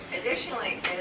additionally